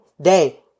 day